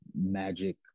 magic